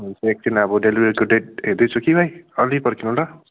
हुन्छ एकछिन अब डेलिभरीको डेट हेर्दैछु कि भाइ अलि पर्खिनु ल